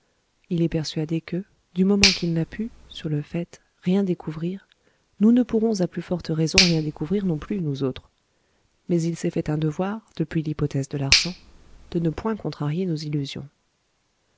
il est persuadé que du moment qu'il n'a pu sur le fait rien découvrir nous ne pourrons à plus forte raison rien découvrir non plus nous autres mais il s'est fait un devoir depuis l'hypothèse de larsan de ne point contrarier nos illusions